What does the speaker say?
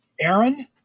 Aaron